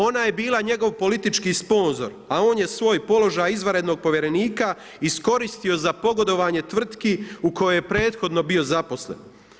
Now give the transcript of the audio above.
Ona je bila njegov politički sponzor, a on je svoj položaj izvanrednog povjerenika iskoristio za pogodovanje tvrtki u kojoj je prethodno bio zaposlen.